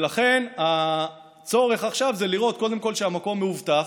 ולכן הצורך עכשיו זה לראות קודם כול שהמקום מאובטח,